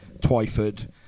Twyford